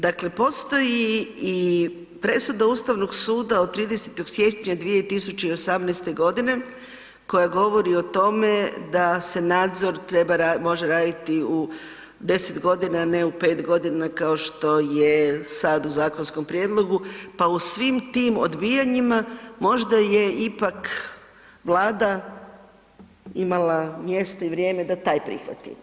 Dakle, postoji i presuda Ustavnog suda od 30. siječnja 2018. godine koja govori o tome da se nadzor treba raditi, može raditi u 10 godina ne u 5 godina kao što je sad u zakonskom prijedlogu pa u svim tim odbijanjima možda je ipak Vlada imala mjesto i vrijeme da taj prihvati.